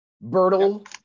Bertel